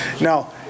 Now